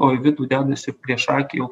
o į vidų dedasi prieš akį jau